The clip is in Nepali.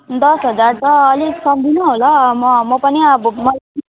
दस हजार त अलिक सक्दिनँ होला म म पनि अब